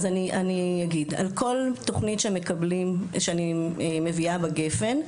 על כל תוכנית שאני מביאה בגפ"ן,